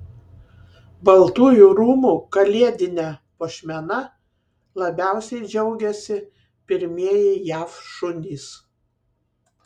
baltųjų rūmų kalėdine puošmena labiausiai džiaugiasi pirmieji jav šunys